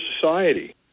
society